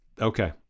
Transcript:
Okay